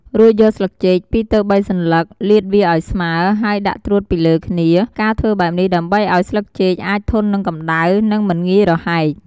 រួចយកស្លឹកចេក ២ទៅ៣សន្លឹកលាតវាឱ្យស្មើ ហើយដាក់ត្រួតពីលើគ្នា ការធ្វើបែបនេះដើម្បីឱ្យស្លឹកចេកអាចធន់នឹងកម្តៅ និងមិនងាយរហែក។